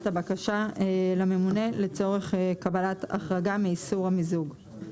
הבקשה לממונה לצורך קבלת החרגה מאיסור המיזוג.